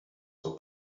for